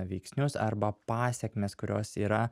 veiksnius arba pasekmes kurios yra